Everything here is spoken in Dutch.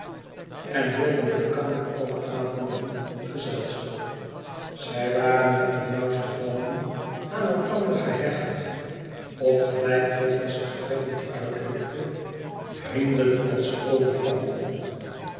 en hielden elkander alle avonden gezelschap zij waren met de nauwste banden aan elkander gehecht of gelijk potter zich treffend uitdrukte vrienden als olifanten